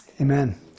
Amen